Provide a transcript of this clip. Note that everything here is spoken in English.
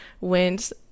went